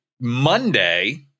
Monday